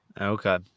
Okay